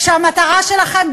כשהמטרה שלכם,